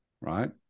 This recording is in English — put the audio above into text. right